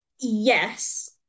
yes